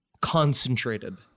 concentrated